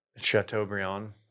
Chateaubriand